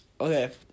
Okay